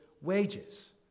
wages